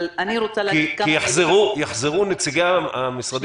אבל אני רוצה להגיד --- כי יחזרו נציגי המשרדים,